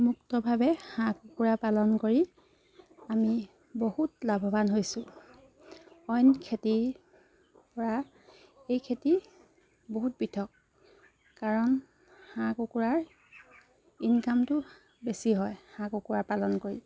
মুক্তভাৱে হাঁহ কুকুৰা পালন কৰি আমি বহুত লাভৱান হৈছোঁ অইন খেতিৰ পৰা এই খেতি বহুত পৃথক কাৰণ হাঁহ কুকুৰাৰ ইনকামটো বেছি হয় হাঁহ কুকুৰা পালন কৰি